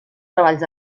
treballs